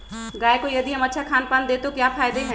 गाय को यदि हम अच्छा खानपान दें तो क्या फायदे हैं?